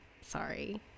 sorry